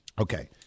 Okay